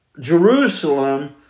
Jerusalem